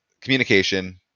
communication